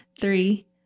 three